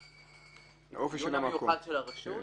לאפיון המיוחד של הרשות.